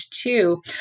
two